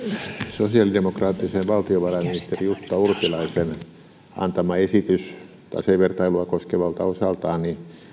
sosiaalidemokraattisen valtiovarainministeri jutta urpilaisen antama esitys tasevertailua koskevalta osaltaan